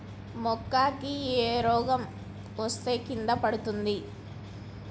మక్కా కి ఏ రోగం వస్తే కింద పడుతుంది?